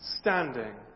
Standing